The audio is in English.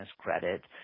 credit